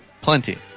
plenty